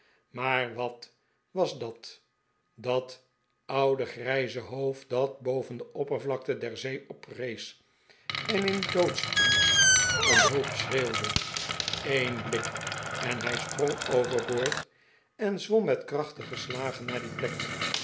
maar wat was dat dat oude grijze hoofd dat boven de oppervlakte der zee oprees en in doodsangst om hulp schreeuwde een blik en hij sprong overboord en zwom met krachtige slagen naar die plek